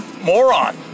moron